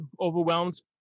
overwhelmed